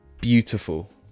Beautiful